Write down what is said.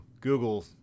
Google